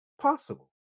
Possible